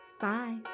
Bye